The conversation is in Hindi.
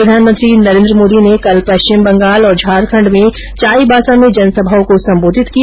प्रधानमंत्री नरेन्द्र मोदी ने कल पश्चिम बंगाल और झारखंड में चाईबासा में जनसभाओं को संबोधित किया